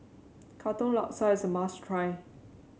Katong Laksa is a must try